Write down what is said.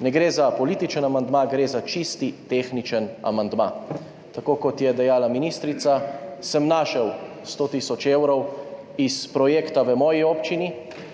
Ne gre za politični amandma, gre za čisto tehničen amandma. Tako kot je dejala ministrica, sem našel 100 tisoč evrov s projekta v svoji občini